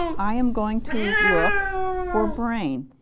i am going to look for brain.